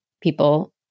people